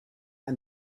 and